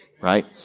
right